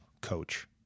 coach